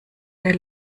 der